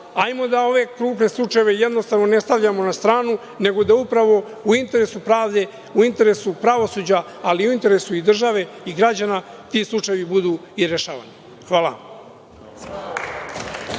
hajmo da ove krupne slučajeve jednostavno ne stavljamo na stranu, nego da upravo u interesu pravde, u interesu pravosuđa, ali i u interesu države i građana ti slučajevi budu i rešavani. Hvala